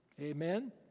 Amen